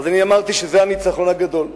ואז אני אמרתי שזה הניצחון הגדול,